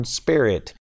spirit